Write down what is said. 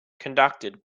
conducted